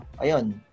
ayon